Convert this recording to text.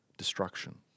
destruction